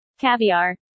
Caviar